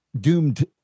doomed